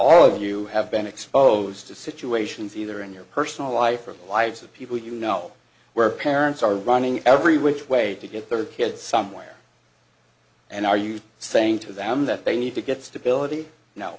of you have been exposed to situations either in your personal life or the lives of people you know where parents are running every which way to get their kid somewhere and are you saying to them that they need to get